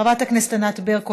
חברת הכנסת ענת ברקו,